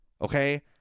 Okay